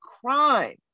crime